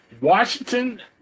Washington